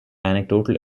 anecdotal